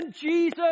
Jesus